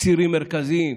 צירים מרכזיים,